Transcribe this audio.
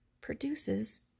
produces